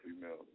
female